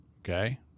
Okay